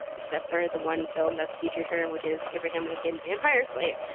except for the one film that's feature which is abraham lincoln, vampire slayer,